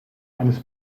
eines